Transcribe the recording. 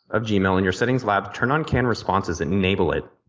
of gmail, in your settings lab turn on canned responses and enable it.